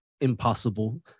impossible